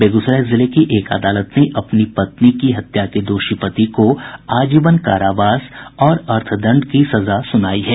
बेगूसराय जिले की एक अदालत ने अपनी पत्नी की हत्या के दोषी पति को आजीवन कारावास और पांच हजार रूपये अर्थदंड की सजा सुनाई है